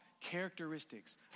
characteristics